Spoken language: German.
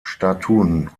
statuen